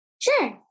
Sure